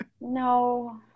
No